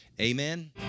amen